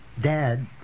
Dad